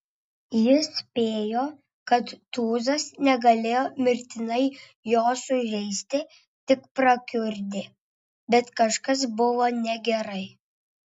jis spėjo kad tūzas negalėjo mirtinai jo sužeisti tik prakiurdė bet kažkas buvo negerai